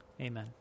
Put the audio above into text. Amen